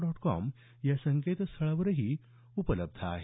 dot com या संकेतस्थळावरही उपलब्ध आहे